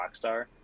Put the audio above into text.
Rockstar